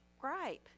gripe